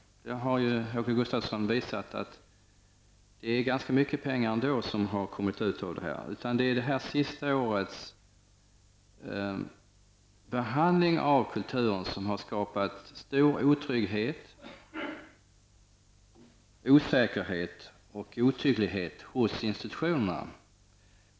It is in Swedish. Åke Gustavsson har ju visat att det ändå är fråga om ganska mycket pengar. Det handlar i stället om det senaste årets behandling av kulturen, vilken har stor otrygghet, osäkerhet och otydlighet på institutionerna.